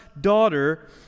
daughter